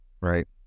right